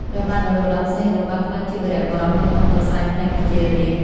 ព្រះបាទនរោត្តម សីហនុបានក្លាយជាវីរបុរសនៅក្នុងក្រសែភ្នែកប្រជារាស្ត្រ។